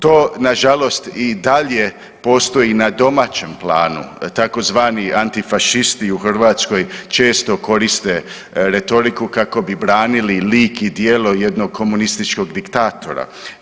To nažalost i dalje postoji na domaćem planu tzv. antifašisti u Hrvatskoj često koriste retoriku kako bi branili lik i djelo jednog komunističkog diktatora.